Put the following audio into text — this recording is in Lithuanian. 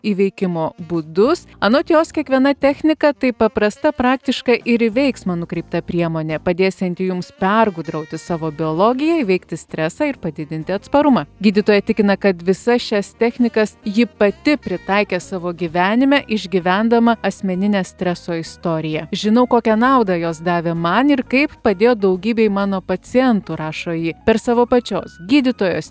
įveikimo būdus anot jos kiekviena technika tai paprasta praktiška ir į veiksmą nukreipta priemonė padėsianti jums pergudrauti savo biologiją įveikti stresą ir padidinti atsparumą gydytoja tikina kad visas šias technikas ji pati pritaikė savo gyvenime išgyvendama asmeninę streso istoriją žinau kokią naudą jos davė man ir kaip padėjo daugybei mano pacientų rašo ji per savo pačios gydytojos